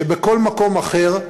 שבכל מקום אחר,